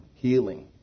Healing